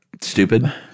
Stupid